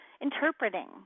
interpreting